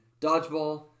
dodgeball